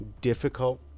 difficult